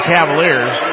Cavaliers